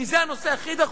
כי זה הנושא הכי דחוף.